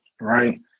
right